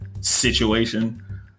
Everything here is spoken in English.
situation